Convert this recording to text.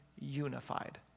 Unified